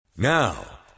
Now